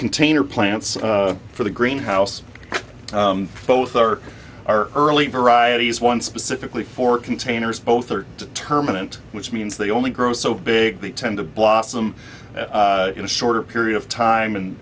container plants for the greenhouse both are our early varieties one specifically for containers both are determined which means they only grow so big they tend to blossom in a shorter period of time